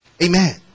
Amen